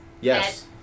Yes